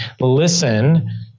listen